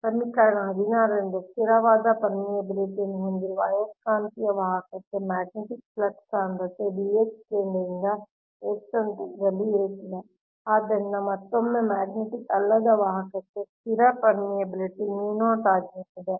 ಸಮೀಕರಣ 16 ರಿಂದ ಸ್ಥಿರವಾದ ಪೆರ್ಮಿಎಬಿಲಿಟಿ ಯನ್ನು ಹೊಂದಿರುವ ಅಯಸ್ಕಾಂತೀಯ ವಾಹಕಕ್ಕೆ ಮ್ಯಾಗ್ನೆಟಿಕ್ ಫ್ಲಕ್ಸ್ ಸಾಂದ್ರತೆ B x ಕೇಂದ್ರದಿಂದ x ಅಂತರದಲ್ಲಿ ಇರುತ್ತದೆ ಆದ್ದರಿಂದ ಮತ್ತೊಮ್ಮೆ ಮ್ಯಾಗ್ನೆಟಿಕ್ ಅಲ್ಲದ ವಾಹಕಕ್ಕೆ ಸ್ಥಿರ ಪೆರ್ಮಿಎಬಿಲಿಟಿ ಆಗಿರುತ್ತದೆ